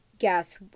Guess